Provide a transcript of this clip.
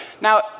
Now